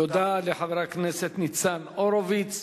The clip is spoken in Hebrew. תודה לחבר הכנסת ניצן הורוביץ.